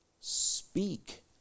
speak